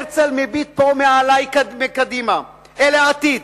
הרצל מביט פה מעלי מקדימה, אל העתיד.